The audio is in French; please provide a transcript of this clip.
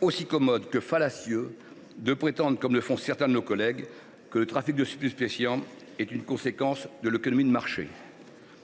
aussi commode que fallacieux de prétendre, comme le font certains de nos collègues, que le trafic de stupéfiants est une conséquence de l’économie de marché.